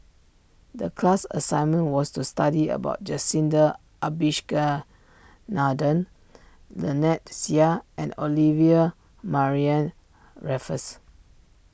the class assignment was to study about Jacintha Abisheganaden Lynnette Seah and Olivia Mariamne Raffles